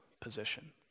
position